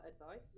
advice